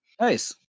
nice